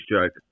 joke